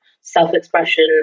self-expression